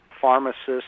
pharmacists